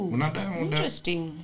Interesting